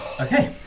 Okay